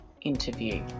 interview